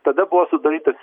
tada buvo sudarytas